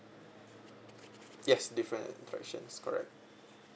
yes different attractions correct